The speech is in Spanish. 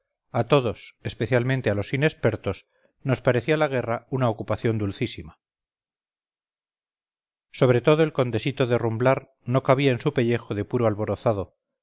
a todos especialmente a los inexpertos nos parecía la guerra una ocupación dulcísima sobre todo el condesito de rumblar no cabía en su pellejo de puro alborozado